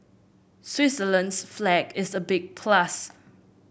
Switzerland's flag is the big plus